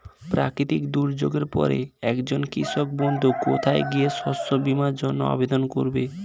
প্রাকৃতিক দুর্যোগের পরে একজন কৃষক বন্ধু কোথায় গিয়ে শস্য বীমার জন্য আবেদন করবে?